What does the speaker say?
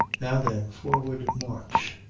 now then, forward, march.